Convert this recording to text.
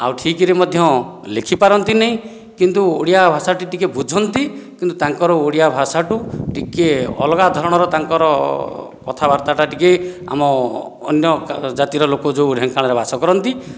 ଆଉ ଠିକରେ ମଧ୍ୟ ଲେଖି ପାରନ୍ତିନି କିନ୍ତୁ ଓଡ଼ିଆ ଭାଷାଟି ଟିକିଏ ବୁଝନ୍ତି କିନ୍ତୁ ତାଙ୍କର ଓଡ଼ିଆ ଭାଷା ଠାରୁ ଟିକିଏ ଅଲଗା ଧରଣର ତାଙ୍କର କଥାବାର୍ତ୍ତା ଟା ଟିକିଏ ଆମ ଅନ୍ୟ ଜାତିର ଲୋକ ଯେଉଁ ଢେଙ୍କାନାଳରେ ବାସ କରନ୍ତି